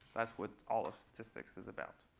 that's what all of statistics is about.